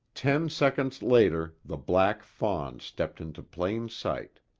ten seconds later the black fawn stepped into plain sight.